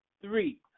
three